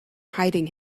hiding